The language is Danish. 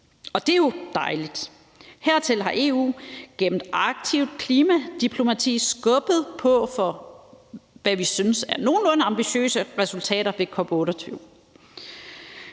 og det er jo dejligt. Hertil har EU gennem aktivt klimadiplomati skubbet på for, hvad vi synes er nogenlunde ambitiøse resultater ved COP 28.